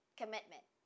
commitment